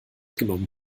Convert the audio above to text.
genommen